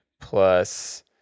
plus